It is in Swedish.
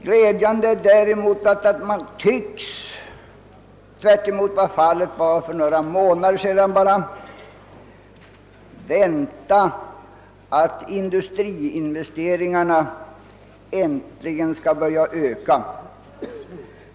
Glädjande är däremot att man — tvärtemot vad fallet var för bara några månader sedan — tycks vänta att industriinvesteringarna äntligen skall börja öka.